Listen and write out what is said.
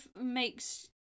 makes